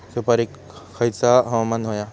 सुपरिक खयचा हवामान होया?